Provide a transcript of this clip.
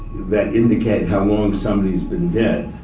that indicate how long somebody's been dead.